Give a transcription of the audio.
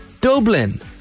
dublin